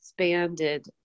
expanded